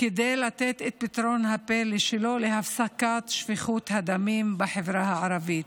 כדי לתת את פתרון הפלא שלו להפסקת שפיכות הדמים בחברה הערבית.